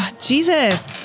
Jesus